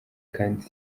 kandi